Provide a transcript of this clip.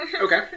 Okay